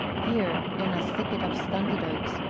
here, in a thicket of stunted oaks,